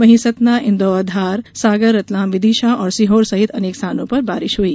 वहीं सतना इंदौर धार सागर रतलाम विदिशा और सीहोर सहित अनेक स्थानों पर बारिश हुई